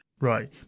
Right